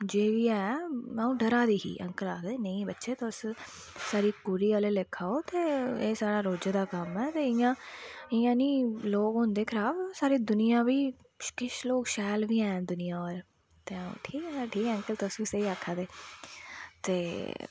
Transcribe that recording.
जे बी ऐ अं'ऊ डरा दी ही अंकल आक्खदे नेईं बच्चे तुस साढ़ी कुड़ी आह्ले लेखा ओ ते एह् साढ़ा रोज़ै दा कम्म ऐ इंया निं लोग होंदे खराब ते सारी दूनिया गी किश लोग शैल बी हैन दुनियां पर की ठीक ऐ अंकल जी तुस बी ठीक आक्खा दे ते